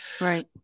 right